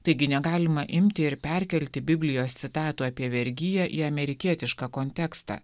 taigi negalima imti ir perkelti biblijos citatų apie vergiją į amerikietišką kontekstą